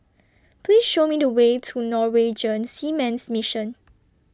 Please Show Me The Way to Norwegian Seamen's Mission